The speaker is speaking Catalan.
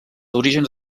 orígens